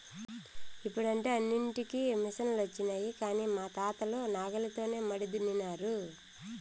ఇప్పుడంటే అన్నింటికీ మిసనులొచ్చినాయి కానీ మా తాతలు నాగలితోనే మడి దున్నినారు